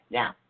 now